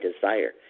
desire